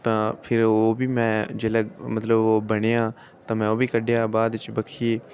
तां फ्ही ओह् बी में जिसलै ओह् मतलब बनेआ ते में ओह् बी कड्ढेआ बाद बिच बक्खिये ई